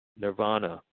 nirvana